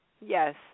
yes